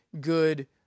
good